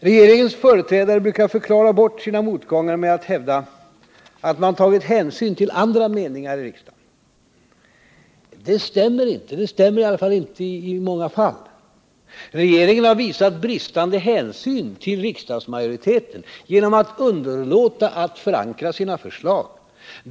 Regeringens företrädare brukar förklara bort sina motgångar med att hävda att man tagit hänsyn till andra meningar i riksdagen. Det stämmer inte, i varje fall inte i många fall. Regeringen har visat bristande hänsyn till riksdagsmajoriteten genom att underlåta att förankra sina förslag.